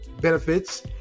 benefits